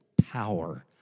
power